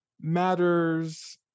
matters